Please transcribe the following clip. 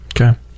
Okay